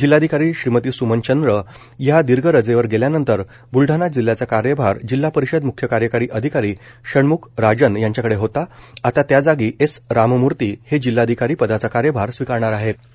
जिल्हाधिकारी श्रीमती सुमन चंद्र ह्या दीर्घ रजेवर गेल्यानंतर ब्लडाणा जिल्ह्याचा कारभार जिल्हा परिषद मुख्य कार्यकारी अधिकारी षण्म्ख राजन यांच्याकडे होता आता त्या जागी एस राममूर्ती हे जिल्हाधिकारी पदाचा कार्यभार स्विकारणार आहेत